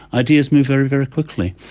ideas move very, very quickly.